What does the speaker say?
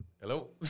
hello